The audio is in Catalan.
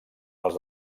els